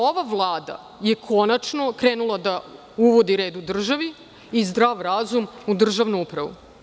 Ova Vlada je konačno krenula da uvodi red u državi i zdrav razum u državnu upravu.